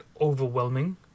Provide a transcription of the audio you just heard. overwhelming